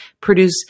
produce